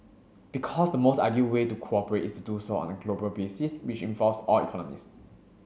because the most ideal way to cooperate is to do so on a global basis which involves all economies